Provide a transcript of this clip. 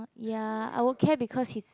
ya I will care because he's